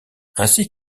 ainsi